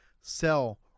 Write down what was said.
sell